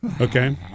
Okay